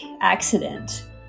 accident